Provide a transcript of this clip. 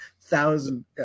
Thousand